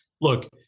look